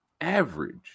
Average